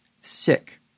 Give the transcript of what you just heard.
sick